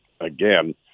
again